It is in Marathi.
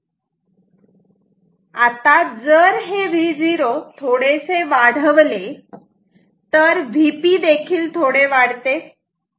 आता जर हे Vo थोडेसे वाढवले तर Vp देखील थोडे वाढते